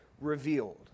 revealed